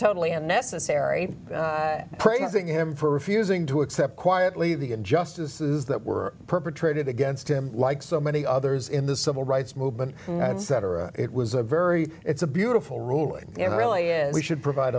totally unnecessary praising him for refusing to accept quietly the injustices that were perpetrated against him like so many others in the civil rights movement etc it was a very it's a beautiful ruling and really is we should provide